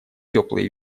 теплые